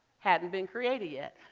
hadn't been created yet.